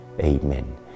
Amen